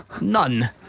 None